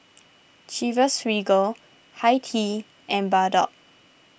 Chivas Regal Hi Tea and Bardot